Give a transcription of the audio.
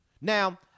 Now